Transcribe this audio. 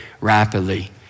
rapidly